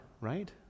right